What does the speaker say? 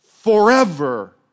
forever